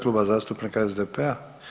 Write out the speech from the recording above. Kluba zastupnika SDP-a.